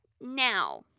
now